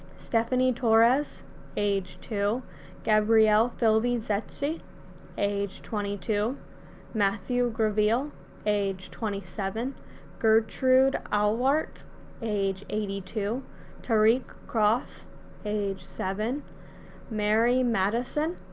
stephanie torres age two gabriel philbyzetzsche age twenty two matthew graville age twenty seven gertrudes alwardt age eighty two taariq cross age seven mary matteson